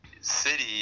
city